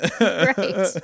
Right